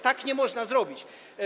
Tak nie można zrobić.